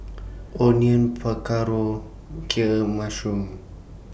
Onion Pakaro Kheer mashroom